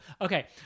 Okay